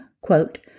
quote